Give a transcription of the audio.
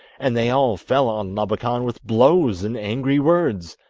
and they all fell on labakan with blows and angry words,